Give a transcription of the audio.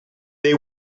they